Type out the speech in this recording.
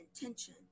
intention